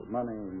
Money